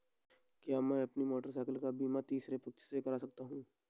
क्या मैं अपनी मोटरसाइकिल का बीमा तीसरे पक्ष से करा सकता हूँ?